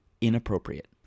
inappropriate